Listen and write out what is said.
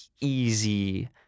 easy